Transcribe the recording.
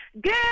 Good